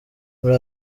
muri